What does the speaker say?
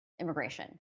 immigration